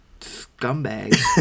scumbag